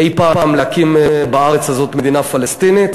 אי-פעם להקים בארץ הזאת מדינה פלסטינית,